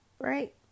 Right